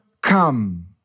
come